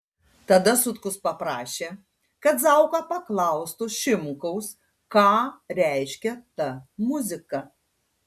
tada sutkus paprašė kad zauka paklaustų šimkaus ką reiškia ta muzika